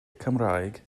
cymraeg